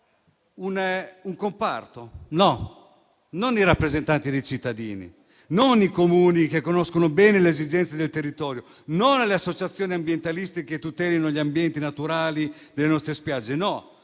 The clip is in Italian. balneari? Non i rappresentanti dei cittadini, non i Comuni che conoscono bene le esigenze del territorio, non le associazioni ambientalistiche che tutelano gli ambienti naturali delle nostre spiagge. No,